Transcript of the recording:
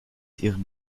ihren